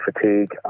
fatigue